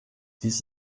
dies